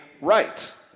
right